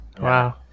Wow